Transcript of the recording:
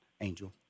Angel